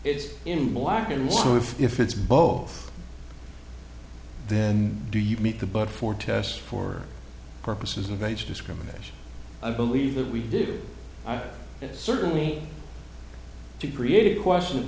it's in black and so if if it's both then do you meet the but for test for purposes of age discrimination i believe that we do it certainly to create a question